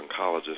oncologist